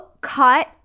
cut